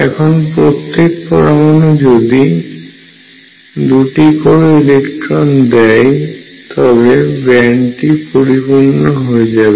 এখন প্রত্যেক পরমাণু যদি 2টি করে ইলেকট্রন দেয় তবে ব্যান্ডটি পরিপূর্ণ হয়ে যাবে